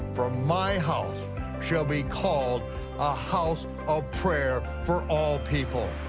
for my house shall be called a house of prayer for all people.